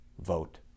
vote